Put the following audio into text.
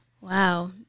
Wow